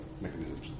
mechanisms